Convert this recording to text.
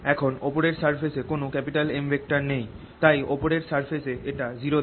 এখন ওপরের সারফেস এ কোন M নেই তাই ওপরের সারফেস এ এটা 0 দেয়